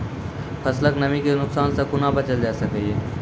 फसलक नमी के नुकसान सॅ कुना बचैल जाय सकै ये?